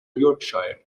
yorkshire